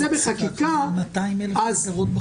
גם אצלנו במשפט המנהלי וגם במדינות אחרות,